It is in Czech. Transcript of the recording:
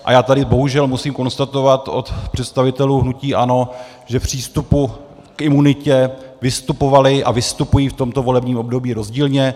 A já tady bohužel musím konstatovat od představitelů hnutí ANO, že v přístupu k imunitě vystupovali a vystupují v tomto volebním období rozdílně.